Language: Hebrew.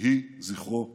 יהי זכרו ברוך.